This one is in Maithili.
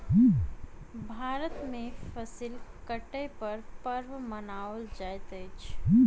भारत में फसिल कटै पर पर्व मनाओल जाइत अछि